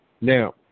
now